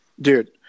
Dude